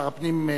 שר הפנים,